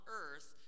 earth